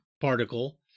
particle